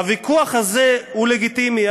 הוויכוח הזה הוא לגיטימי.